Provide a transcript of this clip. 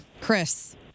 Chris